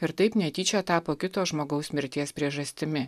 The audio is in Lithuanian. ir taip netyčia tapo kito žmogaus mirties priežastimi